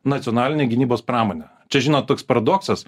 nacionalinę gynybos pramonę čia žinot toks paradoksas